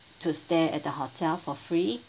to stay at the hotel for free